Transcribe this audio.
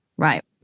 Right